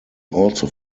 also